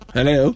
Hello